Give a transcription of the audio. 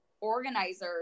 organizers